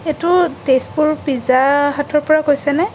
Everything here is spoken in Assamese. এইটো তেজপুৰ পিজ্জা হাটৰ পৰা কৈছে নে